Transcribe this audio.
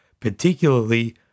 particularly